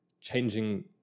changing